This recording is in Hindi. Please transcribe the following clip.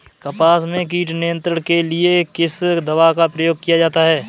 कपास में कीट नियंत्रण के लिए किस दवा का प्रयोग किया जाता है?